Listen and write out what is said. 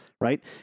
Right